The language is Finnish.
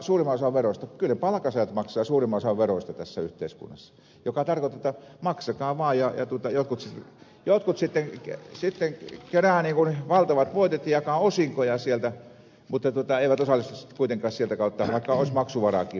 kyllä palkansaajat maksavat suurimman osan veroista tässä yhteiskunnassa mikä tarkoittaa että maksakaa vaan ja jotkut sitten keräävät valtavat voitot ja jakavat osinkoja sieltä mutta eivät osallistu kuitenkaan sieltä kautta vaikka olisi maksuvaraakin